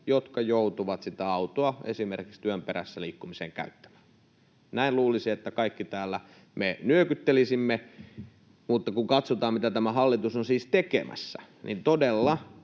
jotka joutuvat sitä autoa esimerkiksi työn perässä liikkumiseen käyttämään? Näin luulisi, että me kaikki täällä nyökyttelisimme, mutta kun katsotaan, mitä tämä hallitus on siis tekemässä, niin todella